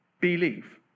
believe